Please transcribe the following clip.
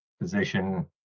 position